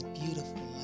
beautiful